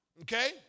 Okay